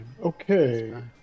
Okay